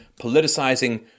politicizing